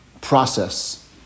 process